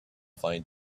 find